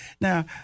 Now